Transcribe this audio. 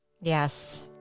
Yes